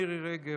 מירי רגב,